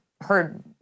heard